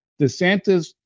DeSantis